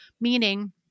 Meaning